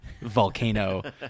Volcano